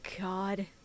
god